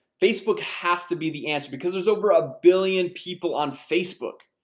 facebook has to be the answer, because there's over a billion people on facebook.